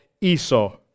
Esau